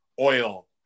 oil